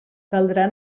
caldrà